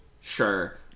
sure